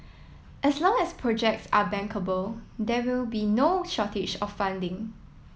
as long as projects are bankable there will be no shortage of funding